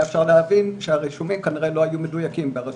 והיה אפשר להבין שהרישומים לא כנראה לא היו מדויקים ברשות.